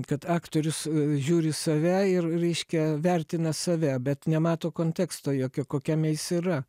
kad aktorius žiūri į save ir reiškia vertina save bet nemato konteksto jokio kokiame jis yra